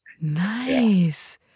Nice